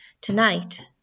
Tonight